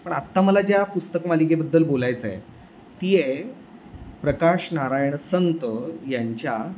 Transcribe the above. पण आता मला ज्या पुस्तक मालिकेबद्दल बोलायचं आहे ती आहे प्रकाश नारायण संत यांच्या